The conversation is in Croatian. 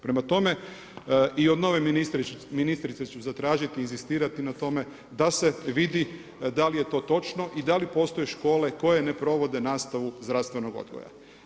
Prema tome i od nove ministrice ću zatražiti i inzistirati na tome da se vidi da li je to točno i da li postoje škole koje ne provode nastavu zdravstvenog odgoja.